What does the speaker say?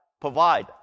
Provide